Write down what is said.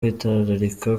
kwitwararika